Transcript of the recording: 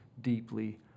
deeply